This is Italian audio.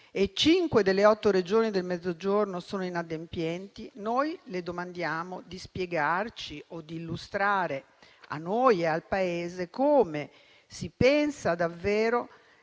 e cinque delle otto Regioni del Mezzogiorno sono inadempienti, noi le domandiamo di spiegarci o di illustrare a noi e al Paese come si pensa davvero